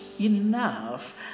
enough